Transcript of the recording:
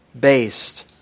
based